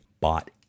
bought